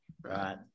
Right